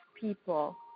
people